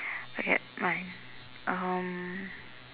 okay mine um